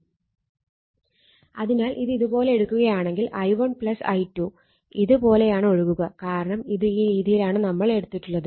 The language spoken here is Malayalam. അതിനാൽ ഇത് ഇത് പോലെ എടുക്കുകയാണെങ്കിൽ i1 i2 ഇത് പോലെയാണ് ഒഴുകുക കാരണം ഇത് ഈ രീതിയിലാണ് നമ്മൾ എടുത്തിട്ടുള്ളത്